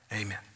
Amen